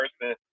person